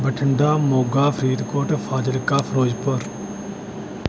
Bathinda Moga Faridkot Fazilka Firozpur